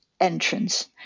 entrance